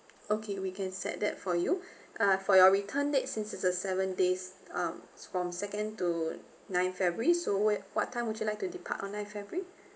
okay we can set that for you uh for your return date since it's a seven days um from second to ninth february so wh~ what time would you like to depart on ninth february